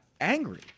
angry